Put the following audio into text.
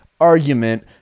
argument